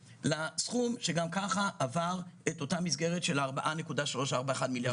לסכום שגם כך עבר את אותה מסגרת של 4.341 מיליארד שקלים.